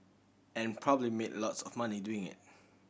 and probably made lots of money doing it